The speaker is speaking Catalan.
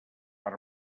per